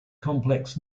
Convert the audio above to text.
complex